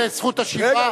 רק לזכות השיבה,